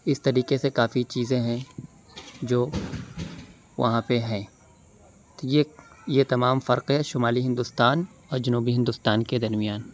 اِس طریقے سے كافی چیزیں ہیں جو وہاں پہ ہیں یہ یہ تمام فرقیں شمالی ہندوستان اور جنوبی ہندوستان کے درمیان